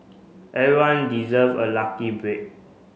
everyone deserve a lucky break